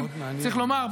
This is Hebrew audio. צריך לומר,